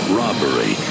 robbery